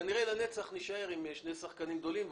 כנראה לנצח נישאר עם שני שחקנים גדולים,